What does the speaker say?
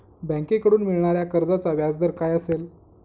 बँकेकडून मिळणाऱ्या कर्जाचा व्याजदर काय असेल?